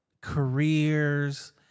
careers